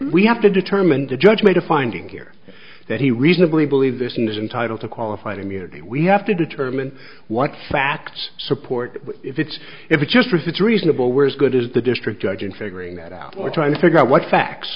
we have to determine the judge made a finding here that he reasonably believe this and is entitled to qualified immunity we have to determine what facts support if it's if it just was it's reasonable were as good as the district judge in figuring that out or trying to figure out what facts